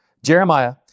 Jeremiah